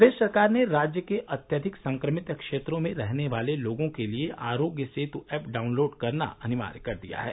प्रदेश सरकार ने राज्य के अत्यधिक संक्रमित क्षेत्रों में रहने वाले लोगों के लिए आरोग्य सेतु ऐप डाउनलोड करना अनिवार्य कर दिया है